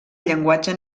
llenguatge